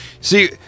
See